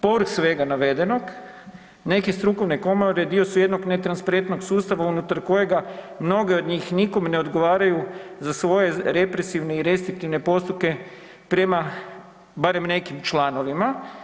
Povrh svega navedenog neke strukovne komore dio su jednog netransparentnog sustava unutar kojeg mnoge od njih nikome ne odgovaraju za svoje represivne i restriktivne postupke prema barem nekim članovima.